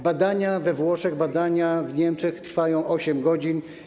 Badania we Włoszech, badania w Niemczech trwają 8 godzin.